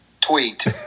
tweet